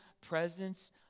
presence